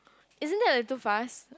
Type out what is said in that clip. isn't that like too fast